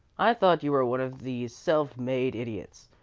i thought you were one of these self-made idiots.